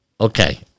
Okay